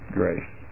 grace